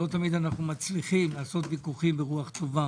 לא תמיד אנחנו מצליחים לעשות ויכוחים ברוח טובה.